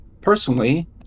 Personally